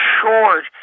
short